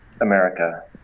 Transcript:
America